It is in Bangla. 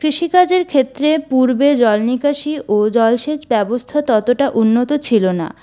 কৃষিকাজের ক্ষেত্রে পূর্বে জলনিকাশি ও জলসেচ ব্যবস্থা ততটা উন্নত ছিল না